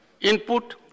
input